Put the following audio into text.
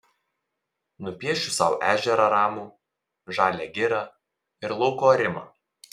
nupiešiu sau ežerą ramų žalią girią ir lauko arimą